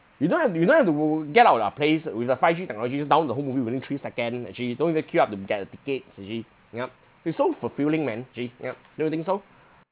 you don't have to you don't have to get out of our place with the five g technology download the whole movie within three second actually don't even queue up and get a ticket actually yup it's so fulfilling man actually yup don't you think so